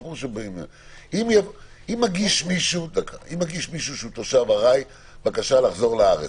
אם מגיש מישהו, שהוא תושב ארעי, בקשה לחזור לארץ,